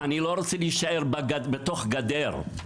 אני לא רוצה להישאר בתוך גדר,